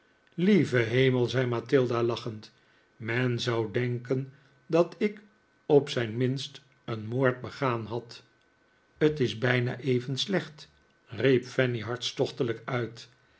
lieve hemel zei mathilda lachend men zou denken dat ik op zijn minst een moord begaan had t is bijna even slecht riep fanny hartstochtelijk uit